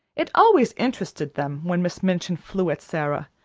it always interested them when miss minchin flew at sara,